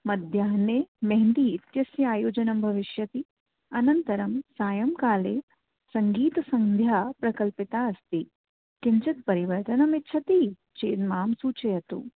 मध्याह्ने मेहन्दी इत्यस्य आयोजनं भविष्यति अनन्तरं सायङ्काले सङ्गीतसन्ध्या प्रकल्पिता अस्ति किञ्चित् परिवर्तनं इच्छति चेद् मां सूचयतु